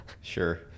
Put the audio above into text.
sure